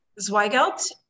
Zweigelt